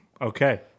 okay